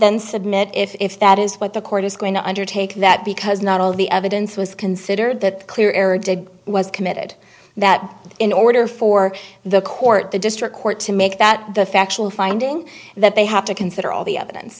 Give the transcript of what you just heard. then submit if that is what the court is going to undertake that because not all the evidence was considered that clear error did was committed that in order for the court the district court to make that the factual finding that they have to consider all the evidence